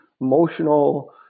emotional